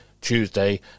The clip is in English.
Tuesday